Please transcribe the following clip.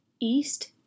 East